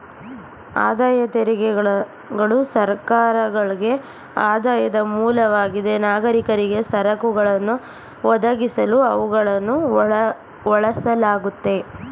ಆದಾಯ ತೆರಿಗೆಗಳು ಸರ್ಕಾರಗಳ್ಗೆ ಆದಾಯದ ಮೂಲವಾಗಿದೆ ನಾಗರಿಕರಿಗೆ ಸರಕುಗಳನ್ನ ಒದಗಿಸಲು ಅವುಗಳನ್ನ ಬಳಸಲಾಗುತ್ತೆ